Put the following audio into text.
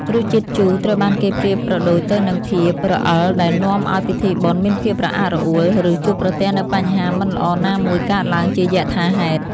រសជាតិជូរត្រូវបានគេប្រៀបប្រដូចទៅនឹងភាពរអិលដែលនាំឱ្យពិធីបុណ្យមានភាពរអាក់រអួល ឬ ជួបប្រទះនូវបញ្ហាមិនល្អណាមួយកើតឡើងជាយថាហេតុ។